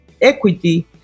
equity